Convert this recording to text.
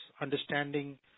understanding